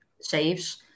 saves